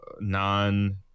non